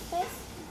have [what]